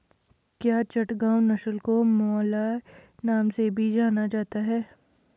क्या चटगांव नस्ल को मलय नाम से भी जाना जाता है?